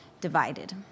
divided